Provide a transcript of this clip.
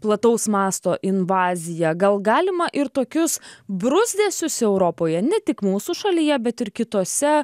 plataus masto invaziją gal galima ir tokius bruzdesius europoje ne tik mūsų šalyje bet ir kitose